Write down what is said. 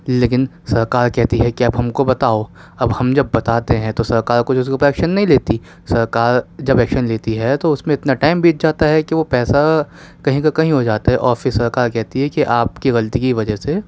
لیکن سرکار کہتی ہے کہ اب ہم کو بتاؤ اب ہم جب بتاتے ہیں تو سرکار کچھ اس کے اوپر ایکشن نہیں لیتی سرکار جب ایکشن لیتی ہے تو اس میں اتنا ٹائم بیت جاتا ہے کہ وہ پیسہ کہیں کا کہیں ہو جاتا ہے اور پھر سرکار کہتی ہے کہ آپ کی غلطی کی وجہ سے